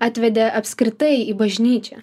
atvedė apskritai į bažnyčią